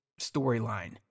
storyline